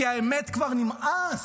כי האמת, כבר נמאס.